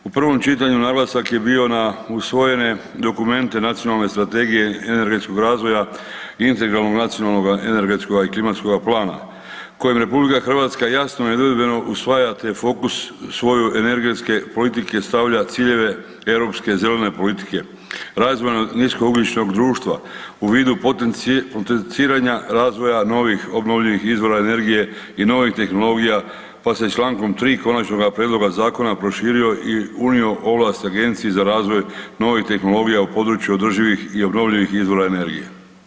U prvom čitanju naglasak je bio na usvojene dokumente Nacionalne strategije energetskog razvoja i ... nacionalnoga energetskoga i klimatskoga plana kojim RH jasno i nedvojbeno usvaja te fokus svoju energetske politike stavlja ciljeve europske zelene politike, razvoja nisko ugljičnog društva u vidu potenciranja razvoja novih obnovljivih energije i novih tehnologija pa se čl. 3. konačnoga prijedloga zakona prošio i unio ovlast Agencije za razvoj novih tehnologija u području održivih i obnovljivih izvora energije.